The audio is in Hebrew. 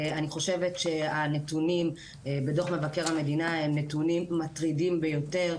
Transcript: אני חושבת שהנתונים בדוח מבקר המדינה הם נתונים מטרידים ביותר.